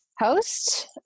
host